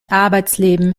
arbeitsleben